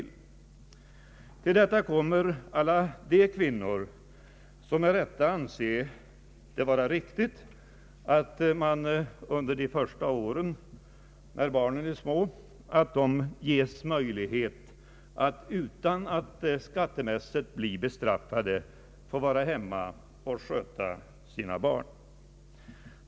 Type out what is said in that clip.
Härtill kommer alla kvinnor som med rätta anser det vara riktigt att de under de första åren, när barnen är små, ges möjlighet att utan att skattemässigt bli bestraffade få vara hemma och sköta sina barn.